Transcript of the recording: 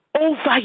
Over